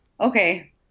Okay